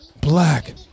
Black